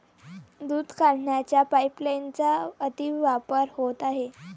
दूध काढण्याच्या पाइपलाइनचा अतिवापर होत आहे